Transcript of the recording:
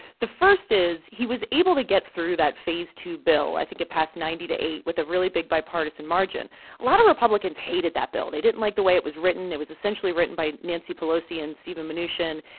the first is he was able to get through that phase two bill. i think it passed ninety eight with a really big bipartisan margin. a lot of republicans hated that bill. they didn't like the way it was written. it was essentially written by nancy pelosi and steven mnuchin.